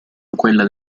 quella